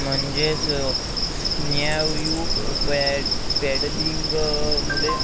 म्हणजेच स्नायू पॅड पॅडलिंगमुळे